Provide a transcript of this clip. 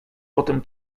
potem